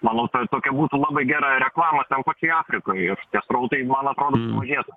manau ta tokia būtų labai gera reklama ten kokiai afrikai ir tie srautai man atrodo sumažėtų